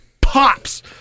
pops